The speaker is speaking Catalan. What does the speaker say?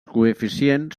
coeficients